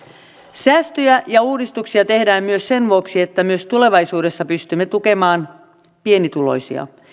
säästöjä ja uudistuksia tehdään myös sen vuoksi että myös tulevaisuudessa pystymme tukemaan pienituloisia